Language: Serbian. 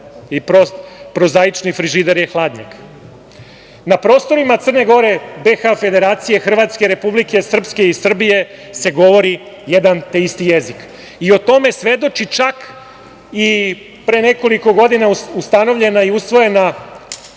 i prozaični frižider je hladnjak. Na prostorima Crne Gore, BiH Federacije, Hrvatske, Republike Srpske i Srbije se govori jedan te isti jezik. O tome svedoči, čak i pre nekoliko godina ustanovljena i usvojena